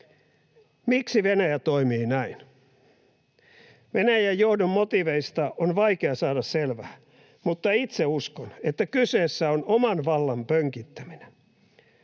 Miksi Venäjä toimii näin? Venäjän johdon motiiveista on vaikea saada selvää, mutta itse uskon, että kyseessä on oman vallan pönkittäminen.